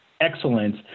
excellence